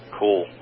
cool